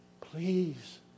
Please